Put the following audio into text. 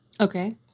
Okay